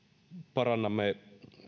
parannamme